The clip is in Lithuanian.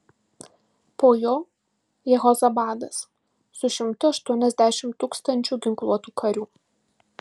po jo jehozabadas su šimtu aštuoniasdešimt tūkstančių ginkluotų karių